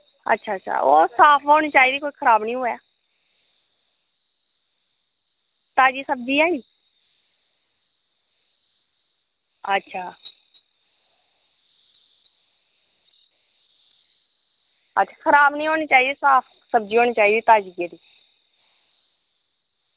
अच्छा अच्छा ओह् साफ होनी चाहिदी कोई खराब निं होऐ ताज़ी सब्ज़ी ऐ नी अच्छा खराब निं होनी चाहिदी साफ सब्ज़ी होनी चाहिदी ताज़ी